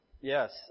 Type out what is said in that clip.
Yes